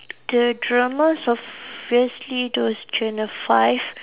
the dramas obviously is channel five